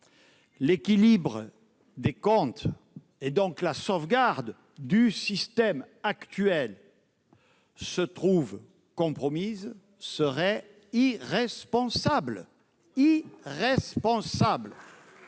l'équilibre des comptes et la sauvegarde du système actuel se trouvaient compromis serait irresponsable. Oui, irresponsable,